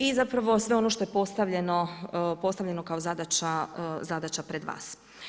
I zapravo sve ono što je postavljeno kao zadaća pred vas.